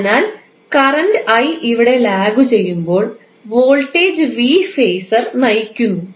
അതിനാൽ കറൻറ് 𝑰 ഇവിടെ ലാഗുചെയ്യുമ്പോൾ വോൾട്ടേജ് 𝑽 ഫേസർ നയിക്കുന്നു